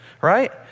right